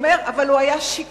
ואמר: אבל הוא היה שיכור.